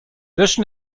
löschen